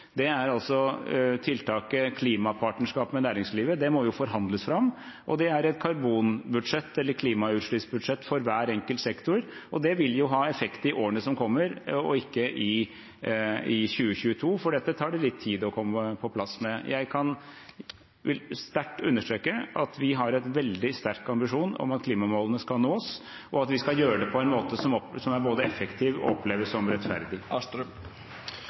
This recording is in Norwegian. er tiltaket klimapartnerskap med næringslivet. Det må jo forhandles fram. Det er et karbonbudsjett, eller klimautslippsbudsjett, for hver enkelt sektor, og det vil ha effekt i årene som kommer, og ikke i 2022, for det tar litt tid før dette kommer på plass. Jeg vil sterkt understreke at vi har en veldig sterk ambisjon om at klimamålene skal nås, og at vi skal gjøre det på en måte som både er effektiv og oppleves som rettferdig.